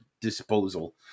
disposal